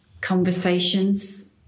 conversations